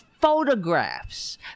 photographs